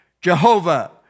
Jehovah